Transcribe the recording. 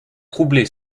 troublé